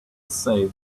say